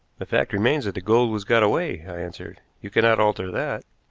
the fact remains that the gold was got away, i answered. you cannot alter that.